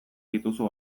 dituzu